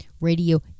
radio